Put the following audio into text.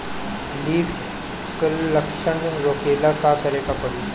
Leaf curl लक्षण रोकेला का करे के परी?